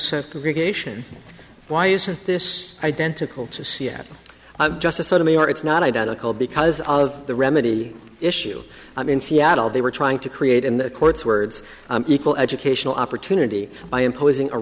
segregation why isn't this identical to seattle i've justice sotomayor it's not identical because of the remedy issue i mean seattle they were trying to create in the courts words equal educational opportunity by imposing a